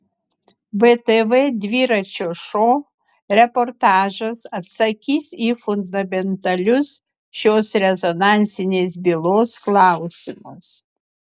btv dviračio šou reportažas atsakys į fundamentalius šios rezonansinės bylos klausymus